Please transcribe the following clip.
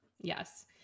yes